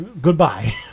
Goodbye